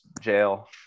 jail